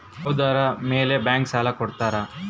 ಯಾವುದರ ಮೇಲೆ ಬ್ಯಾಂಕ್ ಸಾಲ ಕೊಡ್ತಾರ?